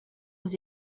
aux